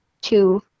two